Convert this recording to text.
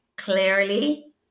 clearly